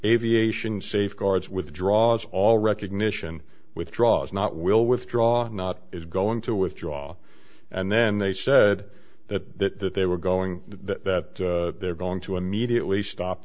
aviation safeguards withdraws all recognition withdraws not will withdraw not is going to withdraw and then they said that that they were going that they're going to immediately stop